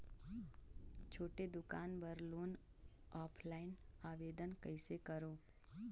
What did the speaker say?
छोटे दुकान बर लोन ऑफलाइन आवेदन कइसे करो?